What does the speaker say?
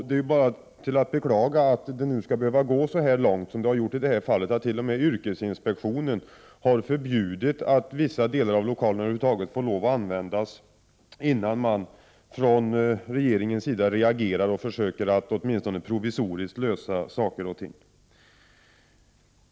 Det är bara att beklaga att det skall behöva gå-så långt som det gjort i det här fallet, så att t.o.m. yrkesinspektionen har förbjudit att vissa delar av lokalerna över huvud taget används, innan man från regeringens sida reagerar och försöker att åtminstone provisoriskt lösa problemen.